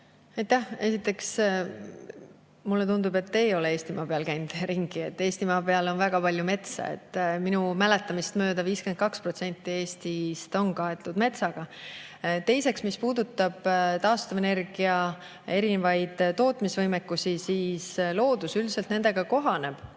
Aitäh! Esiteks, mulle tundub, et te ei ole Eestimaa peal käinud ringi. Eestimaal on väga palju metsa. Minu mäletamist mööda on 52% Eestist kaetud metsaga. Teiseks, mis puudutab taastuvenergia erinevaid tootmisvõimekusi, siis loodus üldiselt nendega kohaneb,